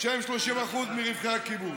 שהם 30% מרווחי הקיבוץ.